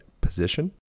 position